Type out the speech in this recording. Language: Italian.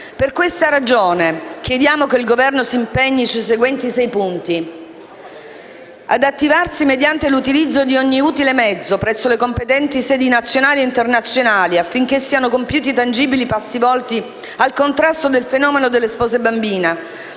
Anzitutto, chiediamo che il Governo si impegni ad attivarsi, mediante l'utilizzo di ogni utile mezzo, presso le competenti sedi nazionali e internazionali, affinché siano compiuti tangibili passi volti al contrasto del fenomeno delle spose bambine,